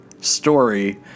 story